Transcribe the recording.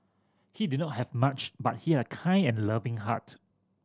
he did not have much but he had a kind and loving heart